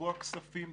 לצבוע כספים,